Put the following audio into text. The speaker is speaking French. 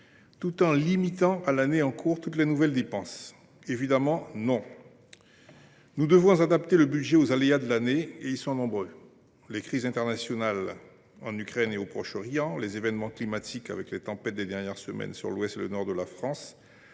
tout en limitant à l’année en cours toutes les nouvelles dépenses ? Évidemment non ! Nous devons adapter le budget aux aléas de l’année et ils sont nombreux : les crises internationales en Ukraine et au Proche Orient ; les événements climatiques avec les tempêtes des dernières semaines sur l’ouest et le nord de la France